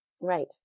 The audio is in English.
right